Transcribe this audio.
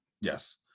yes